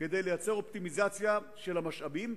כדי ליצור אופטימיזציה של המשאבים.